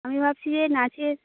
আমি ভাবছি যে নাচের